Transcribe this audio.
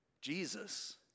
Jesus